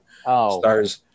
stars